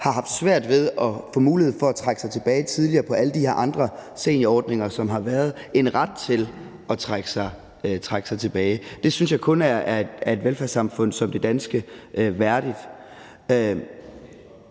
har haft svært ved at få mulighed for at trække sig tidligere tilbage på alle de her andre seniorordninger, som har været, en ret til at trække sig tilbage. Det synes jeg kun er et velfærdssamfund som det danske værdigt.